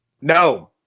no